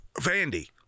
Vandy